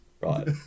right